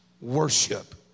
worship